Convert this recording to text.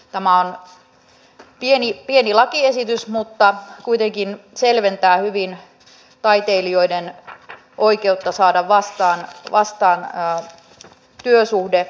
tämä on pieni lakiesitys mutta kuitenkin selventää hyvin taiteilijoiden oikeutta vastaanottaa työsuhde